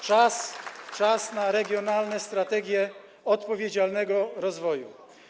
Czas na regionalne strategie odpowiedzialnego rozwoju.